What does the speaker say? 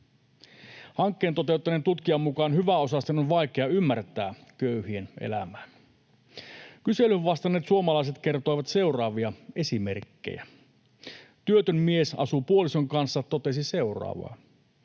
Hankkeen toteuttaneen tutkijan mukaan hyväosaisten on vaikea ymmärtää köyhien elämää. Kyselyyn vastanneet suomalaiset kertoivat seuraavia esimerkkejä. Työtön mies, asuu puolison kanssa, totesi seuraavaa: